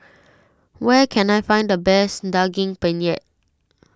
where can I find the best Daging Penyet